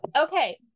Okay